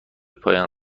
پایان